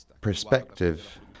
perspective